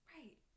Right